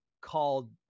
called